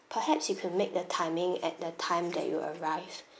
perhaps you could make the timing at the time that you arrive